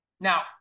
Now